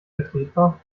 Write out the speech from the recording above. vertretbar